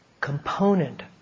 component